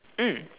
mm